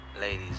ladies